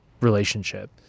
relationship